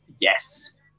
Yes